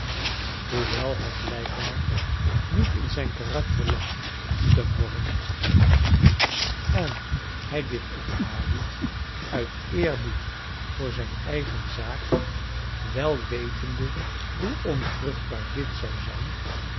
hoewel het blijkbaar niet in zijn karakter lag te morren en hij dit ook naliet uit eerbied voor zijn eigen zaak wel wetende hoe onvruchtbaar dit zou zijn